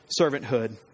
servanthood